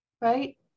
right